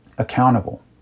accountable